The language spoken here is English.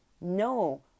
no